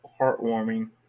heartwarming